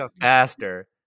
faster